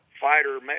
fighter